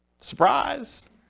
Surprise